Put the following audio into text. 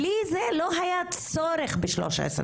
בלי זה לא היה צורך ב-1325,